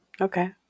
Okay